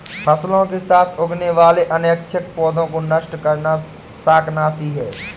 फसलों के साथ उगने वाले अनैच्छिक पौधों को नष्ट करना शाकनाशी है